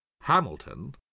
Hamilton